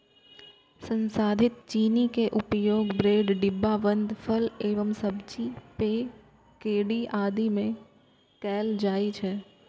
संसाधित चीनी के उपयोग ब्रेड, डिब्बाबंद फल एवं सब्जी, पेय, केंडी आदि मे कैल जाइ छै